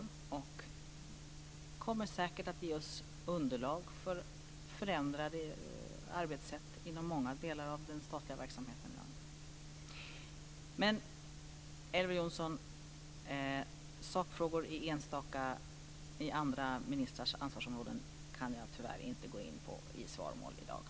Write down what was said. Den kommer säkert att ge oss underlag för förändrade arbetssätt inom många delar av den statliga verksamheten i dag. På sakfrågor inom andra ministrars ansvarsområden kan jag i dag tyvärr inte ingå i svaromål, Elver